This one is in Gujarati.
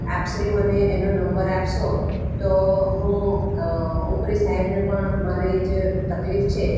આપ શ્રી મને એનો નંબર આપશો તો હું ઉપરી સાહેબને પણ મારી જે તકલીફ છે